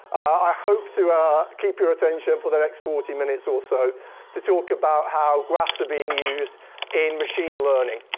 i hope to keep your attention for the next forty minutes or so to talk about how graphs are being used in machine learning.